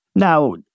Now